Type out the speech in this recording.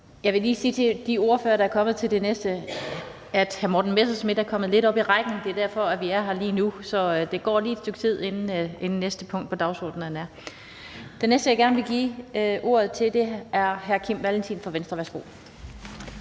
Jeg vil lige sige til de ordførere, der er kommet til det næste punkt, at hr. Morten Messerschmidt er kommet lidt op i rækken. Det er derfor, vi er her lige nu. Så der går lige et stykke tid, inden vi kommer til næste punkt på dagsordenen. Den næste, jeg gerne give ordet, er hr. Kim Valentin fra Venstre. Værsgo.